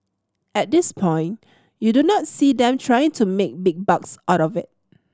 at this point you do not see them trying to make big bucks out of it